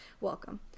welcome